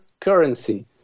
currency